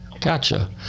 Gotcha